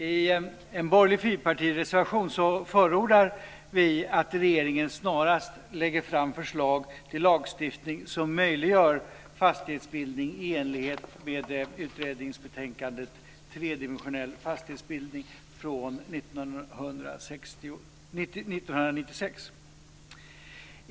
I en borgerlig fyrpartireservation förordar vi att regeringen snarast lägger fram förslag till lagstiftning som möjliggör fastighetsbildning i enlighet med utredningsbetänkandet Tredimensionell fastighetsbildning från 1996.